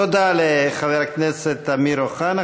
תודה לחבר הכנסת אמיר אוחנה.